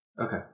Okay